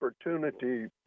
opportunity